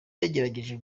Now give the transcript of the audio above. yagerageje